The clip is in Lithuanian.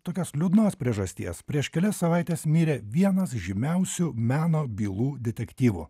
tokios liūdnos priežasties prieš kelias savaites mirė vienas žymiausių meno bylų detektyvų